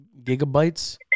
gigabytes